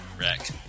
wreck